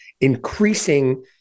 increasing